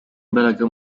imbaraga